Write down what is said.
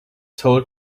told